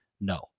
No